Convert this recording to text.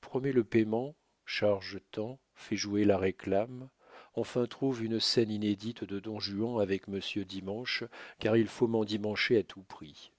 promets le payement charge ten fais jouer la réclame enfin trouve une scène inédite de don juan avec monsieur dimanche car il faut m'endimancher à tout prix